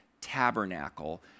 tabernacle